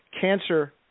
cancer